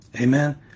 Amen